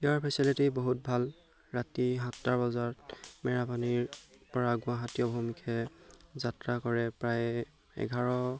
ইয়াৰ facility বহুত ভাল ৰাতি সাতটা বজাত মেৰাপানীৰপৰা গুৱাহাটী অভিমুখে যাত্ৰা কৰে প্ৰায় এঘাৰ